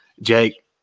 Jake